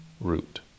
root